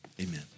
amen